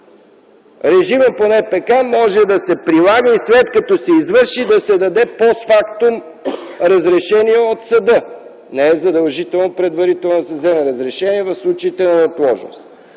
Режимът по НПК може да се прилага и след като се извърши да се даде постфактум разрешение от съда. Не е задължително предварително да се вземе разрешение в случаите на неотложност.